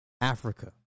Africa